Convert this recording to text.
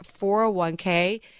401k